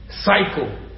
cycle